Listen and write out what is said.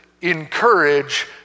encourage